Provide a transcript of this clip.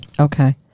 Okay